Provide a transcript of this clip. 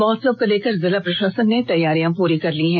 महोत्सव को लेकर जिला प्रशासन ने तैयारी पूरी कर ली है